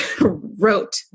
wrote